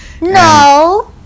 No